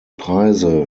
preise